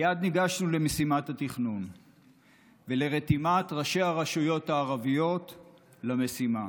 מייד ניגשנו למשימת התכנון ולרתימת ראשי הרשויות הערביות למשימה.